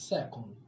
Second